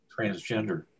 transgender